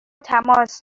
تماس